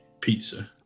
pizza